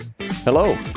Hello